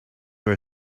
were